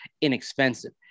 inexpensive